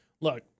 look